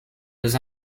was